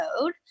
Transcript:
mode